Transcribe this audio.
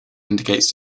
indicates